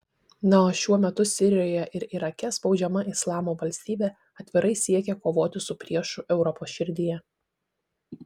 na o šiuo metu sirijoje ir irake spaudžiama islamo valstybė atvirai siekia kovoti su priešu europos širdyje